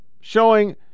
showing